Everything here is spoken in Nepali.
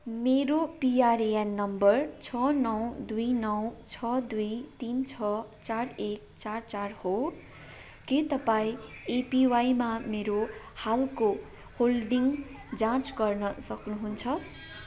मेरो पिआरएएन नम्बर छ नौ दुई नौ छ दुई तिन छ चार एक चार चार हो के तपाईँ एपिवाईमा मेरो हालको होल्डिङ जाँच गर्न सक्नुहुन्छ